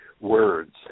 words